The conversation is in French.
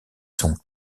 son